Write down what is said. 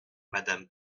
madame